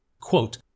quote